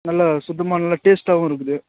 நல்லா சுத்தமாக நல்லா டேஸ்ட்டாகவும் இருக்குது